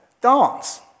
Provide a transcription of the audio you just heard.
dance